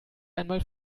einmal